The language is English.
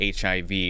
HIV